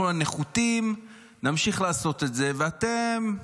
אנחנו הנחותים נמשיך לעשות את זה, ואתם?